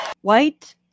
White